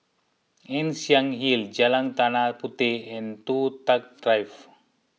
Ann Siang Hill Jalan Tanah Puteh and Toh Tuck Drive